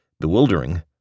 bewildering